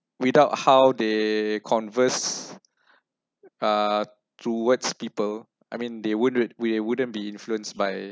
without how they converse uh towards people I mean they wouldn't we wouldn't be influenced by